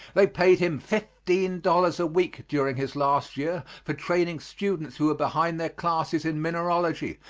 they paid him fifteen dollars a week during his last year for training students who were behind their classes in mineralogy,